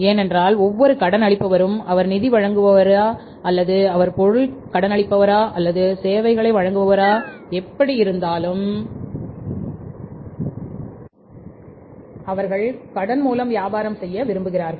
ஏனென்றால் ஒவ்வொரு கடனளிப்பவரும் அவர் நிதி வழங்குபவரோ அல்லது பொருள் கடனளிப்பவரோ அல்லது சேவைகளை வழங்குபவரோ எப்படி இருந்தாலும் அவர்கள் கடன் மூலம் வியாபாரம் செய்ய விரும்புகிறார்கள்